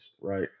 right